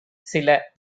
சில